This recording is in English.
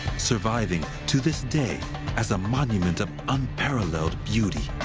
surviving to this day as a monument of unparalleled beauty.